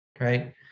right